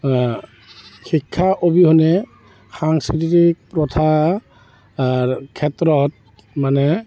শিক্ষা অবিহনে সাংস্কৃতিক প্ৰথাৰ ক্ষেত্ৰত মানে